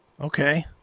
okay